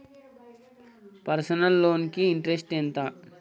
Personal loan కి interest ఎంత?